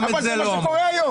אבל זה מה שקורה היום.